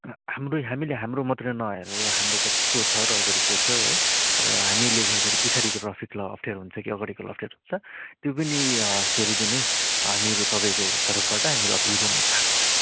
र हाम्रो हामीले हाम्रो मात्रै नहेरेर हाम्रो पछि को छ र अगाडि को छ है र हामीले गर्दाखेरि पिछाडिको ट्राफिकलाई अप्ठ्यारो हुन्छ कि अगाडिकोलाई अप्ठ्यारो हुन्छ त्यो पनि हेरिदिने हामीहरू तपाईँको तर्फबाट हामीहरू अपिल गर्नु चाहन्छु